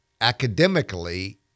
academically